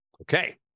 Okay